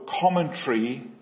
commentary